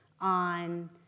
on